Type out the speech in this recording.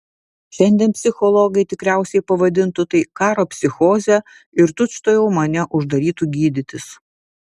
šiandien psichologai tikriausiai pavadintų tai karo psichoze ir tučtuojau mane uždarytų gydytis